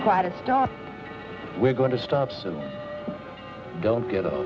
try to stop we're going to stop so don't get